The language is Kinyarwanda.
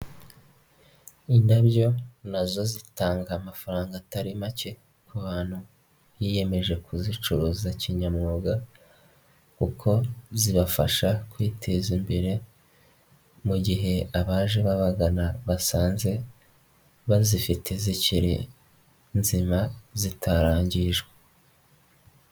Indabyo nazo zitanga amafaranga atari make ku bantu biyemeje kuzicuruza kinyamwuga, kuko zibafasha kwiteza imbere mu gihe abaje babagana basanze bazifite zikiri nzima zitarangijwe.